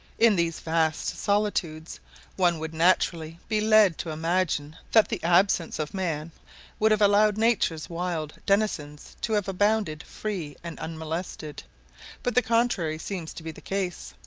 in these vast solitudes one would naturally be led to imagine that the absence of man would have allowed nature's wild denizens to have abounded free and unmolested but the contrary seems to be the case.